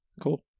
cool